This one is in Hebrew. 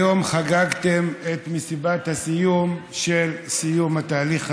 היום חגגתם את מסיבת הסיום של סיום התהליך המדיני,